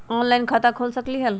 Online खाता खोल सकलीह?